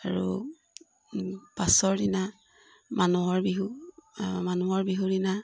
আৰু পাছৰ দিনা মানুহৰ বিহু মানুহৰ বিহু দিনা